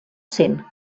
cent